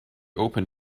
open